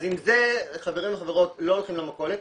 אז עם זה חברים וחברות לא הולכים למכולת,